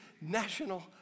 national